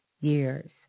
years